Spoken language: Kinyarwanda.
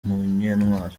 munyentwali